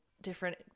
different